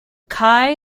chi